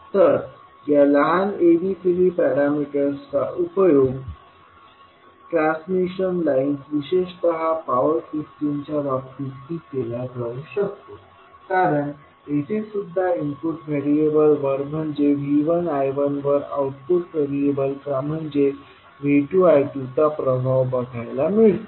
तर या लहान abcd पॅरामीटर्सचा उपयोग ट्रान्समिशन लाइन्स विशेषत पॉवर सिस्टमच्या बाबतीत ही केला जाऊ शकतो कारण येथे सुद्धा इनपुट व्हेरिएबल्सवर म्हणजे V1 I1वर आउटपुट व्हेरिएबल्सचा म्हणजेV2 I2चा प्रभाव बघायला मिळतो